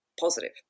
positive